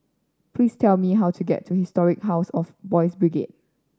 please tell me how to get to Historic House of Boys' Brigade